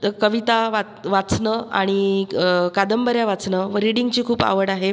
तर कविता वा वाचणं आणि कादंबऱ्या वाचणं व रीडिंगची खूप आवड आहे